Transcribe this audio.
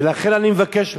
ולכן אני מבקש ממך,